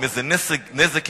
עם נזק,